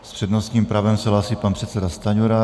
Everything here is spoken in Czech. S přednostním právem se hlásí pan předseda Stanjura.